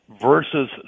versus